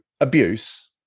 abuse